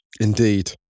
Indeed